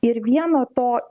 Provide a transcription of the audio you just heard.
ir vieno to